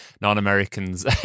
non-Americans